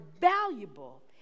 valuable